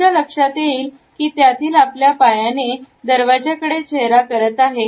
तुमच्या लक्षात येईल की त्यातील आपल्या पायाने दरवाज्याकडे चेहरा करत आहे